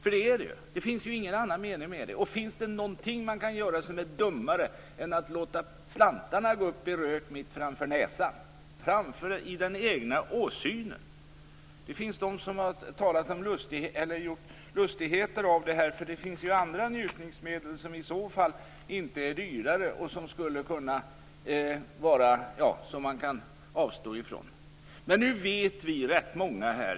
Det är det ju. Det finns ingen mening med det. Kan man göra något som är dummare än att låta slantarna gå upp i rök mitt framför näsan, i den egna åsynen? Det finns de som gjort lustigheter av detta. Det finns ju andra njutningsmedel som i så fall inte är dyrare och som man kan avstå ifrån.